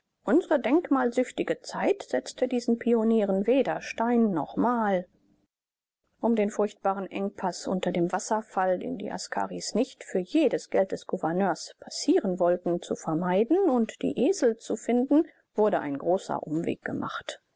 unsre denkmalssüchtige zeit setzte diesen pionieren weder stein noch mal um den furchtbaren engpaß unter dem wasserfall den die askaris nicht für alles geld des gouverneurs passieren wollten zu vermeiden und die esel zu finden wurde ein großer umweg gemacht